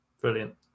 Brilliant